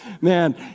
Man